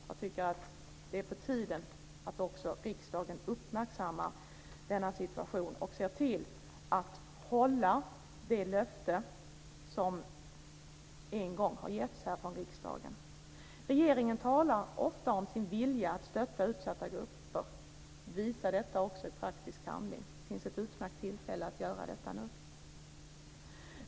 Jag tycker att det är på tiden att också riksdagen uppmärksammar denna situation och ser till att hålla det löfte som en gång har getts här i riksdagen. Regeringen talar ofta om sin vilja att stötta utsatta grupper. Visa detta också i praktisk handling! Det finns ett utmärkt tillfälle att göra detta nu.